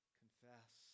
confess